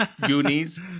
Goonies